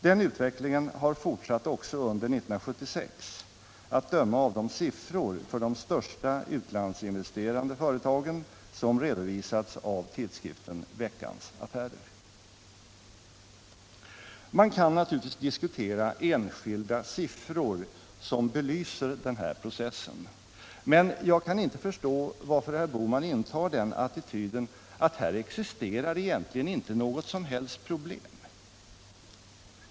Den utvecklingen har fortsatt också under 1976 att döma av de siffror för de största utlandsinvesterande företagen som redovisats av tidskriften Veckans Affärer. Man kan naturligtvis diskutera enskilda siffror som bevisar den här processen, men jag kan inte förstå varför herr Bohman intar den attityden att här egentligen inte existerar några som helst problem.